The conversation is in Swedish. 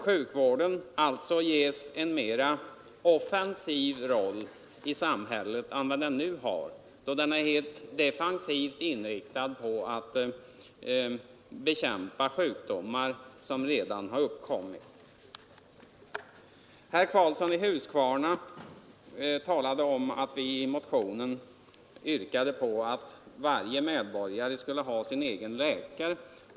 Sjukvården bör alltså ges en mer offensiv roll i samhället än den nu har, då den är helt defensivt inriktad på att bekämpa sjukdomar som redan har uppkommit. Herr Karlsson i Huskvarna talade om att vi i motionen yrkade på att varje medborgare skulle ha sin egen läkare.